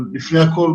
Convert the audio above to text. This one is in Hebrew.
לא קרה כלום.